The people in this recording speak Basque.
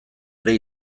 ere